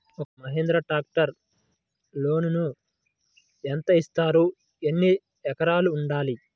ఒక్క మహీంద్రా ట్రాక్టర్కి లోనును యెంత ఇస్తారు? ఎన్ని ఎకరాలు ఉండాలి?